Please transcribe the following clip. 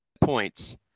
points